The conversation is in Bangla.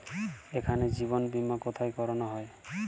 এখানে জীবন বীমা কোথায় করানো হয়?